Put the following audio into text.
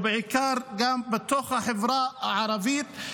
ובעיקר גם בתוך החברה הערבית,